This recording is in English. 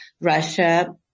Russia